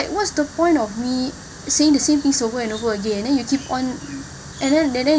what's the point of me saying the same things over and over again then you keep on and then and then